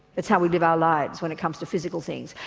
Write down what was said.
that's how we live our lives when it comes to physical things.